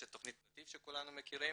יש את תכנית נתיב שכולנו מכירים,